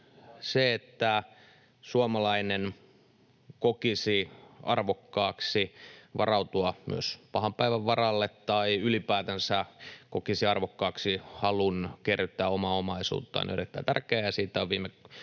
Se, että suomalainen kokisi arvokkaaksi varautua myös pahan päivän varalle tai ylipäätänsä kokisi arvokkaaksi halun kerryttää omaa omaisuuttaan, on erittäin tärkeää,